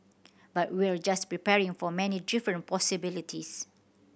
but we're just preparing for many different possibilities